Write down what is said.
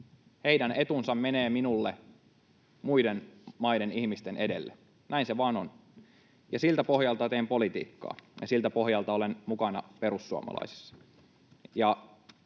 Heidän etunsa menee minulle muiden maiden ihmisten edelle. Näin se vain on. Siltä pohjalta teen politiikkaa ja siltä pohjalta olen mukana perussuomalaisissa.